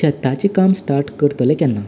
शेताचें काम स्टार्ट करतले केन्ना